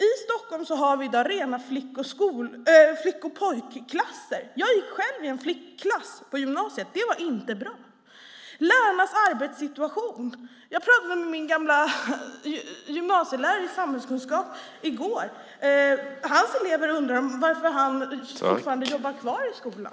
I Stockholm har vi i dag rena flick och pojkklasser. Jag gick själv i en flickklass på gymnasiet. Det var inte bra. Ytterligare ett problem är lärarnas arbetssituation. Jag pratade med min gamla gymnasielärare i samhällskunskap i går, och hans elever undrar varför han fortfarande jobbar kvar i skolan.